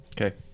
Okay